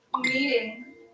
meeting